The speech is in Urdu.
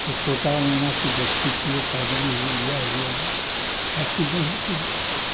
تو طوطا مینا کی دوستی تھی شادی بھی ہوئی بیاہ ویاہ ہوا ہر چیزیں ہوتی ہیں